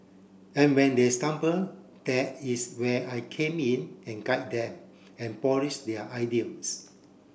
and when they stumble there is where I came in and guid them and polish their ideas